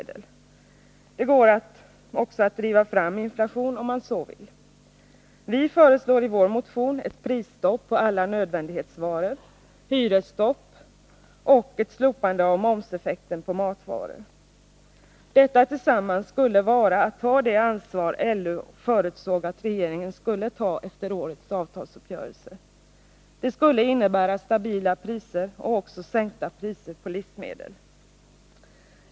Det går också att driva fram inflation, om man så vill. Vi föreslår i vår motion prisstopp på alla nödvändighetsvaror, hyresstopp och ett slopande av momseffekten på matvaror. Detta sammantaget skulle innebära att man tar det ansvar som LO förutsåg att regeringen skulle ta efter årets avtalsuppgörelse — det skulle innebära stabila priser och även sänkta priser på livsmedel.